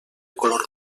color